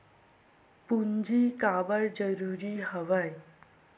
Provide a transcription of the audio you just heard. पूंजी काबर जरूरी हवय?